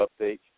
update